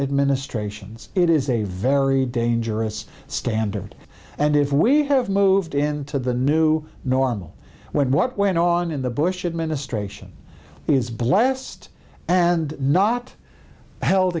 administrations it is a very dangerous standard and if we have moved into the new normal when what went on in the bush administration is blast and not held